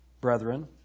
brethren